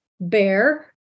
bear